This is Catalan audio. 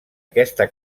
aquesta